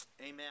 Amen